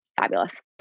fabulous